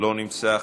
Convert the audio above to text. לא נמצא,